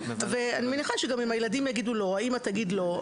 ואני מניחה שאם הילדים יגידו לא או האימא תגיד לו,